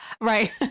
Right